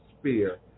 spear